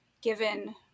given